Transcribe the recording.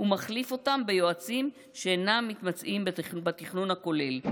ומחליף אותם ביועצים שאינם מתמצאים בתכנון הכולל.